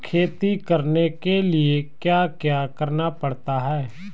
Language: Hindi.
खेती करने के लिए क्या क्या करना पड़ता है?